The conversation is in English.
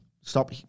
Stop